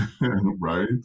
Right